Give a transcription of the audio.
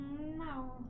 No